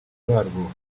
barwo